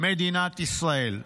מדינת ישראל בים,